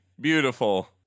beautiful